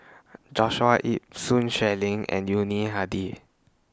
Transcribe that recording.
Joshua Ip Sun Xueling and Yuni Hadi